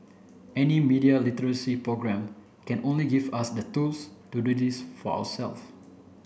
any media literacy programme can only give us the tools to do this for ourselves